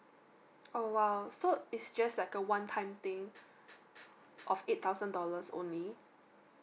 oh !wow! so it's just like a one time thing of eight thousand dollars only